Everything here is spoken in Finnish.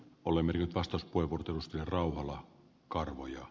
olemme nyt vastus koivu tunnusti rauhala tapahtuu